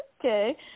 okay